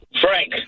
Frank